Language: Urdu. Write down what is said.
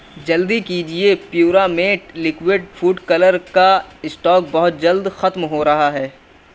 جلدی کیجیے پیورا میٹ لیکوڈ فوڈ کلر کا اسٹاک بہت جلد ختم ہو رہا ہے